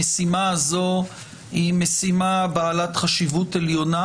המשימה הזאת היא משימה בעלת חשיבות עליונה,